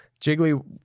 Jiggly